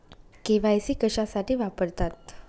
KYC कशासाठी वापरतात?